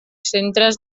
centres